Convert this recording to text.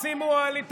תשימו אוהלים.